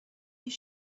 his